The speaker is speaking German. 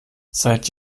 seit